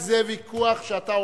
אומר שאתה טועה, ואתה היושב-ראש,